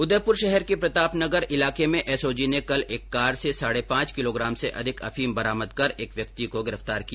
उदयपुर शहर के प्रतापनगर नगर इलाके में एसओजी ने कल एक कार से साढ़े पांच किलोग्राम से अधिक अफीम बरामद कर एक व्यक्ति को गिरफ्तार किया